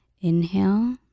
Inhale